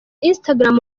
instagram